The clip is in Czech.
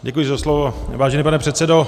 Děkuji za slovo, vážený pane předsedo.